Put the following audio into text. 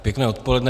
Pěkné odpoledne.